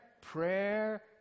prayer